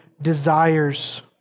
desires